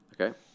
Okay